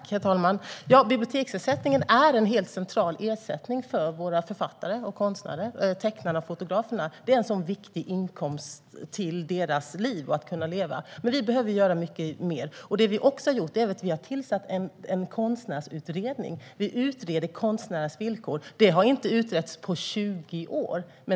Herr talman! Biblioteksersättningen är en helt central ersättning för våra författare och konstnärer - tecknarna och fotograferna. Det är en viktig inkomst i deras liv. Men vi behöver göra mycket mer. Det vi också har gjort är att vi har tillsatt en konstnärsutredning. Vi utreder konstnärers villkor, vilket inte har gjorts på 20 år.